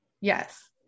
yes